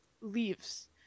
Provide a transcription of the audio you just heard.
leaves